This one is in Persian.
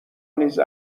نیز